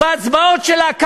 בהצבעות שלה,